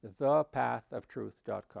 thepathoftruth.com